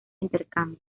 intercambio